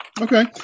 Okay